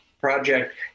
project